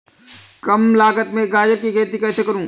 कम लागत में गाजर की खेती कैसे करूँ?